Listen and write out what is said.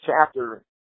chapter